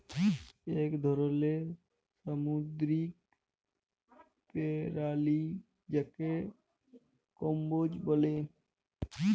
ইক ধরলের সামুদ্দিরিক পেরালি যাকে কম্বোজ ব্যলে